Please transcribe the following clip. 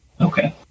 Okay